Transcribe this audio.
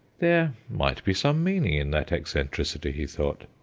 there might be some meaning in that eccentricity, he thought,